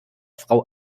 frau